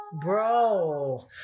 Bro